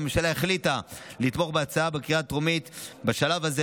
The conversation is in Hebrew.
הממשלה החליטה לתמוך בהצעה בקריאה הטרומית בשלב הזה,